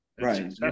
right